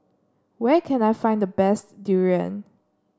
where can I find the best durian